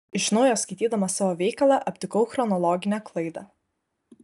iš naujo skaitydamas savo veikalą aptikau chronologinę klaidą